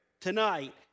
tonight